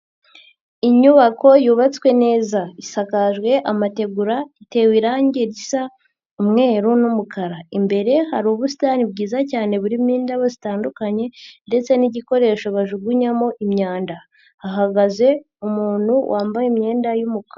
Inyubako yubatswe neza, isakajwe amategura, itewe irangi risa umweru n'umukara, imbere hari ubusitani bwiza cyane burimo indabo zitandukanye ndetse n'igikoresho bajugunyamo imyanda, hahagaze umuntu wambaye imyenda y'umukara.